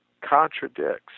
contradicts